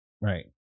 right